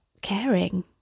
caring